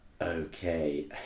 Okay